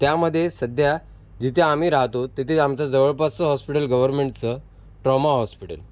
त्यामधे सध्या जिथे आम्ही रहातो तिथे आमचं जवळपासचं हॉस्पिटल गव्हरमेंटचं ट्रॉमा हॉस्पिटल